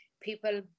people